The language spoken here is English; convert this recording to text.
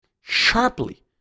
sharply